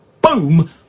boom